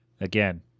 Again